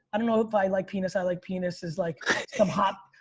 i don't know if i like penis. i like penis is like some hot,